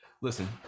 listen